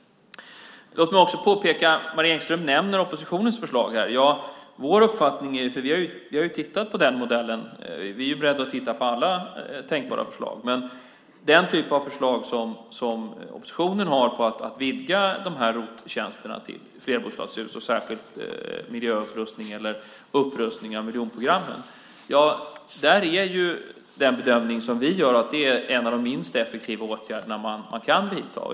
Låt mig också påpeka en annan sak. Marie Engström nämner oppositionens förslag. Vi har tittat på den modellen, och vi är beredda att titta på alla tänkbara förslag. När det gäller den typ av förslag som oppositionen har på att vidga ROT-tjänsterna till flerbostadshus, särskilt miljöupprustning eller upprustning av miljonprogrammen, är den bedömning som vi gör att det är en av de minst effektiva åtgärder man kan vidta.